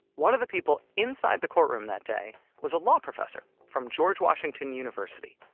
one of the people inside the courtroom that day was a law professor from george washington university.